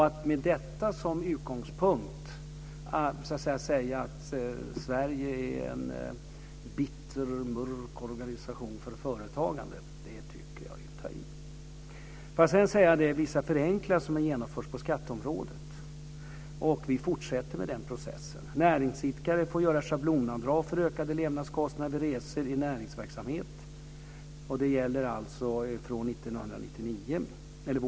Att med detta som utgångspunkt säga att Sverige är en bitter, mörk organisation för företagande tycker jag är att ta i. Vissa förenklingar har genomförts på skatteområdet, och vi fortsätter med den processen. Näringsidkare får göra schablonavdrag för ökade levnadskostnader och resor i näringsverksamheten. Det gäller från våren 2000.